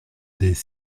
des